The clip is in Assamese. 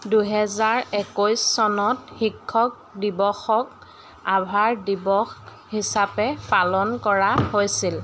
দুহেজাৰ একৈছ চনত শিক্ষক দিৱসক 'আভাৰ দিৱস' হিচাপে পালন কৰা হৈছিল